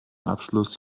abschluss